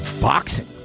boxing